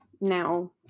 Now